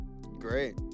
Great